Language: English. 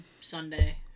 Sunday